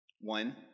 one